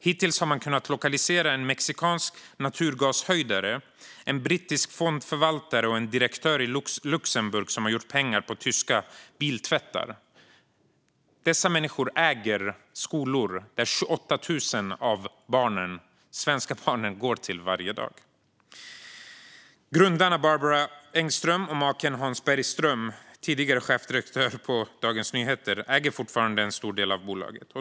Hittills har man kunnat lokalisera en mexikansk naturgashöjdare, en brittisk fondförvaltare och en direktör i Luxemburg som gjort pengar på tyska biltvättar." Dessa människor äger skolor som de svenska barnen går till varje dag. Grundarna Barbara Engström och maken Hans Bergström, tidigare chefredaktör på Dagens Nyheter, äger fortfarande en stor del av bolaget.